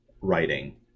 writing